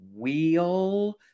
wheel